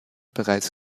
bereits